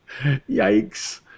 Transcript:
Yikes